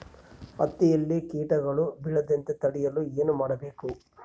ಹತ್ತಿಯಲ್ಲಿ ಕೇಟಗಳು ಬೇಳದಂತೆ ತಡೆಯಲು ಏನು ಮಾಡಬೇಕು?